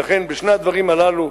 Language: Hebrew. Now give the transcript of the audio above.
ולכן, בשל שני הדברים הללו,